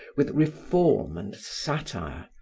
with reform and satire,